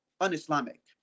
un-Islamic